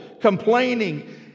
complaining